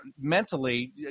mentally